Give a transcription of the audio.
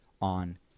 on